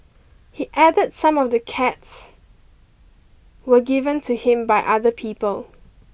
he added some of the cats were given to him by other people